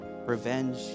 Revenge